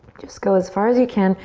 just go as far as you can.